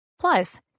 Plus